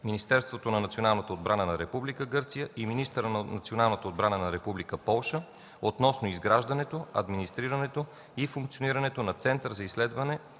Министерството на националната отбрана на Република Гърция и министъра на националната отбрана на Република Полша относно изграждането, администрирането и функционирането на Център за изследване,